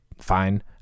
fine